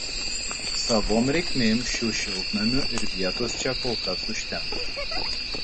savom reikmėm šių šiltnamių ir vietos čia kol kas užtenka